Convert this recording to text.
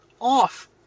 off